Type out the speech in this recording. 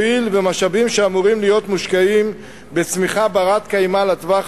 הואיל ומשאבים שאמורים להיות מושקעים בצמיחה בת-קיימא לטווח